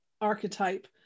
archetype